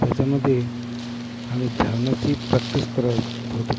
त्याच्यामध्ये आम्ही धावण्याची प्रॅक्टिस करत होतो